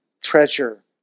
treasure